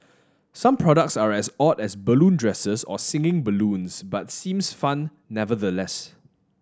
some products are as odd as balloon dresses or singing balloons but seems fun nevertheless